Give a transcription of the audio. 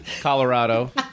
Colorado